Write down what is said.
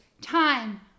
Time